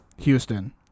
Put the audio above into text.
Houston